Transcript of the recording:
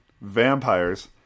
vampires